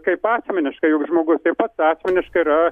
kaip asmeniškai juk žmogus taip pat asmeniškai yra